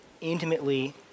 intimately